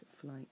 flight